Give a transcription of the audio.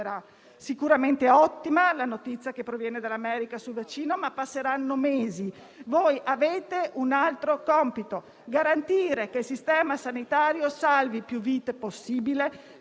sicuramente ottima la notizia che proviene dell'America sul vaccino, ma passeranno mesi. Voi avete un altro compito: garantire che il Sistema sanitario salvi più vite possibile.